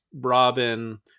Robin